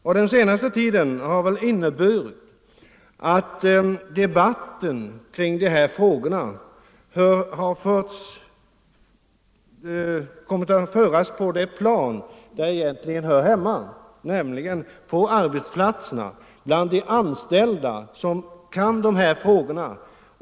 Under den senaste tiden har debatten i dessa frågor kommit att föras på det plan där den egentligen hör hemma, nämligen på arbetsplatserna, bland de anställda, som kan dessa frågor.